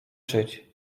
czyć